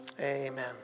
amen